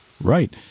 right